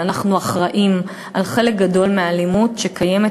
אבל אנחנו אחראים לחלק גדול מהאלימות שקיימת,